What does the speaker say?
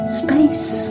space